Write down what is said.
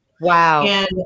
Wow